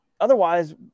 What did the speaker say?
otherwise